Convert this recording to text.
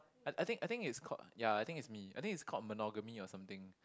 I think I think it's called ya I think it's me I think it's called monogamy or something